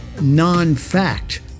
non-fact